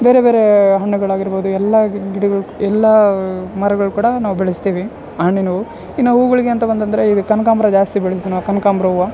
ಬೇರೆ ಬೇರೆ ಹಣ್ಣುಗಳಾಗಿರ್ಬೋದು ಎಲ್ಲ ಗಿಡಗಳು ಎಲ್ಲ ಮರಗಳು ಕೂಡ ನಾವು ಬೆಳಿಸ್ತೀವಿ ಹಣ್ಣಿನವ ಇನ್ನ ಹೂಗಳಿಗೆ ಅಂತ ಬಂತಂದರೆ ಈಗ ಕನಕಾಂಬರ ಜಾಸ್ತಿ ಬೆಳಿತೀವಿ ನಾವು ಕನಕಾಂಬರ ಹೂವ